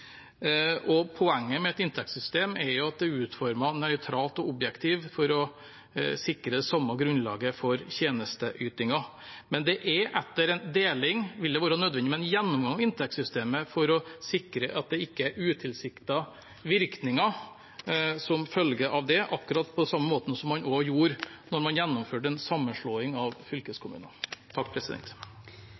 Poenget med et inntektssystem er at det er utformet nøytralt og objektivt for å sikre det samme grunnlaget for tjenesteytingen. Men etter en deling vil det være nødvendig med en gjennomgang av inntektssystemet for å sikre at det ikke er utilsiktede virkninger som følge av det, på akkurat samme måte som man gjorde da man gjennomførte en sammenslåing av